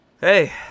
Hey